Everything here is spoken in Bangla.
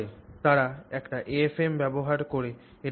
তারা একটি AFM ব্যবহার করে এটি করেছে